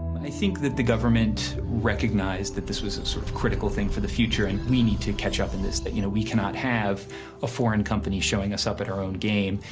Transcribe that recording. i think that the government recognized that this was a sort of critical thing for the future, and, we need to catch up in this, that you know, we cannot have a foreign company showing us up at our own game.